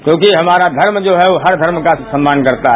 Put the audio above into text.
क्योंकि हमारा धर्म जो है वो हर धर्म का सम्मान करता है